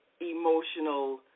emotional